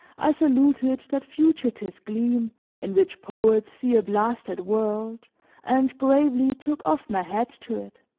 i saluted that fugitive gleam in which poets see a blasted world and gravely took off my hat to it.